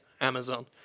Amazon